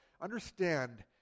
understand